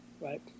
Right